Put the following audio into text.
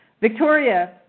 Victoria